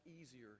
easier